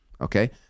okay